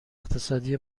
اقتصادی